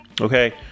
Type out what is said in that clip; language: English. Okay